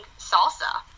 salsa